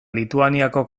lituaniako